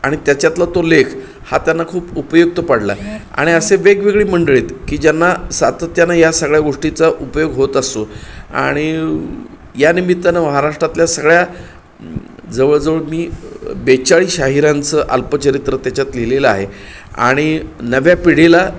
आणि त्याच्यातला तो लेख हा त्यांना खूप उपयुक्त पडला आणि असे वेगवेगळे मंडळीत की ज्यांना सातत्यानं या सगळ्या गोष्टीचा उपयोग होत असतो आणि या निमित्तानं महाराष्ट्रातल्या सगळ्या जवळजवळ मी बेचाळीस शाहिरांचं अल्पचरित्र त्याच्यात लिहिलेलं आहे आणि नव्या पिढीला